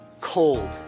cold